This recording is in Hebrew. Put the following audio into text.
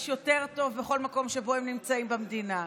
יותר טוב בכל מקום שבו הם נמצאים במדינה?